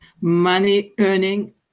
money-earning